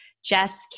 Jess